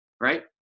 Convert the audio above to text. right